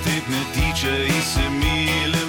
taip netyčia įsimyli